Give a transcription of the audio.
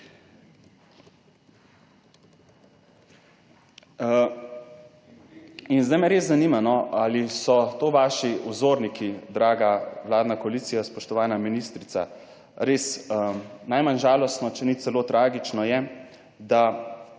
In zdaj me res zanima, ali so to vaši vzorniki, draga vladna koalicija, spoštovana ministrica. Res najmanj žalostno, če ni celo tragično je, da